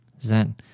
Zen